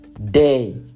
day